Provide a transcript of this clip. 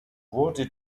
wurde